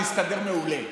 נסתדר מעולה.